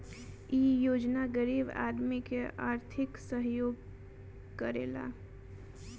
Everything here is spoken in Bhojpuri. इ योजना गरीब आदमी के आर्थिक सहयोग करेला